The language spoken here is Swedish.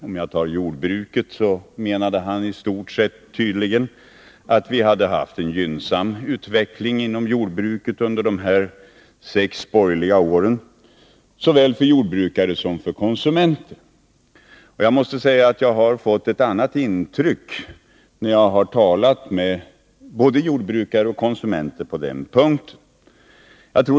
Han menade tydligen att vi under de sex borgerliga åren hade haft en i stort sett gynnsam utveckling inom jordbruket. Jag måste säga att jag på den punkten har fått ett helt annat intryck när jag har talat med såväl jordbrukare som konsumenter.